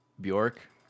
Bjork